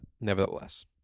nevertheless